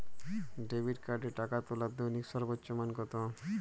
Debit কার্ডে টাকা তোলার দৈনিক সর্বোচ্চ মান কতো?